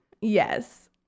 yes